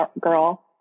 girl